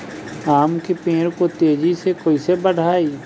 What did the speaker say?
आम के पेड़ को तेजी से कईसे बढ़ाई?